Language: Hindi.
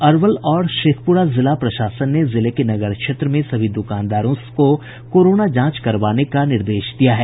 अरवल और शेखपुरा जिला प्रशासन ने जिले के नगर क्षेत्र में सभी द्रकानदारों को कोरोना जांच करवाने के निर्देश दिये हैं